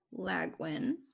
Lagwin